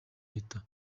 leta